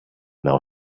now